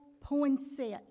Poinsett